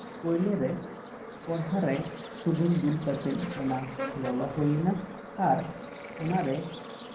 ᱯᱳᱭᱞᱳ ᱨᱮ ᱠᱚᱲᱦᱟᱭ ᱨᱮ ᱥᱩᱱᱩᱢ ᱫᱩᱞ ᱠᱟᱛᱮ ᱚᱱᱟ ᱞᱚᱞᱚ ᱦᱩᱭᱱᱟ ᱟᱨ ᱚᱱᱟ ᱨᱮ